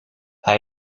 hij